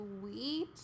sweet